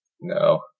No